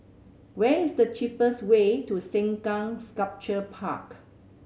where is the cheapest way to Sengkang Sculpture Park